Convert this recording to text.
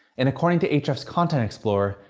and according to ahrefs' content explorer,